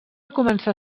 començar